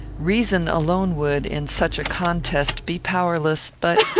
reason alone would, in such a contest, be powerless, but,